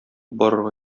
барырга